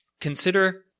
consider